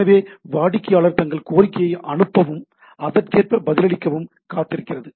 எனவே வாடிக்கையாளர் தங்கள் கோரிக்கையை அனுப்பவும் அதற்கேற்ப பதிலளிக்கவும் காத்திருக்கிறது